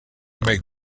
make